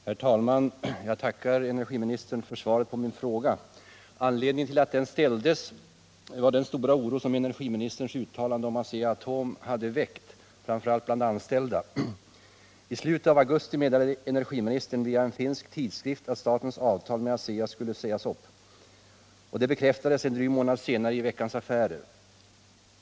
Herr talman! Jag tackar energiministern för svaret på min fråga. Anledningen till att den ställdes var den stora oro som energiministerns uttalanden om Asea-Atom väckt — framför allt bland företagets anställda. I slutet av augusti meddelade energiministern i en finsk tidskrift att statens avtal med ASEA skulle sägas upp. Detta bekräftades en månad senare i Veckans Affärer.